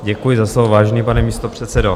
Děkuji za slovo, vážený pane místopředsedo.